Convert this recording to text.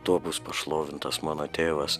tuo bus pašlovintas mano tėvas